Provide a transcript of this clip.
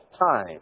time